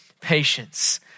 patience